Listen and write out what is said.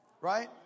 Right